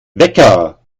wecker